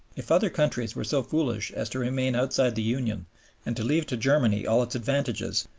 if other countries were so foolish as to remain outside the union and to leave to germany all its advantages,